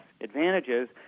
advantages